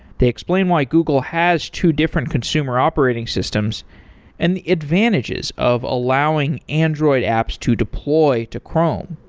they explain why google has two different consumer operating systems and the advantages of allowing android apps to deploy to chrome.